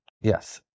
Yes